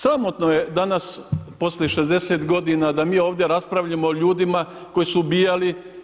Sramotno je danas poslije 60 godina da mi ovdje raspravljamo o ljudima koji su ubijali.